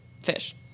fish